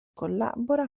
collabora